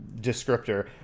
descriptor